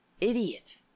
idiot